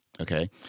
okay